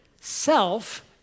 self